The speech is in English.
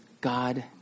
God